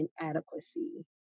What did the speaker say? inadequacy